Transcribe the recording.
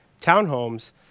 townhomes